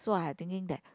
so I had thinking that